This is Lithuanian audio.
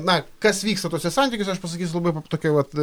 na kas vyksta tuose santykiuose aš pasakysiu labai tokia vat